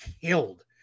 killed